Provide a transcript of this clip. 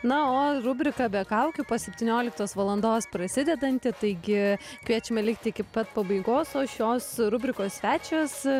na o rubrika be kaukių po septynioliktos valandos prasidedanti taigi kviečiame likti iki pat pabaigos o šios rubrikos svečias